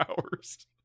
hours